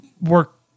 work